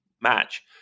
match